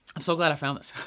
i'm so glad i found this.